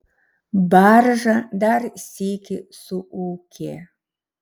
barža dar sykį suūkė